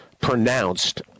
pronounced